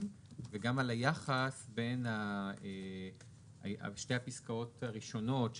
וגם על היחס של שתי הפסקאות הראשונות,